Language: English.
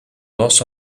loss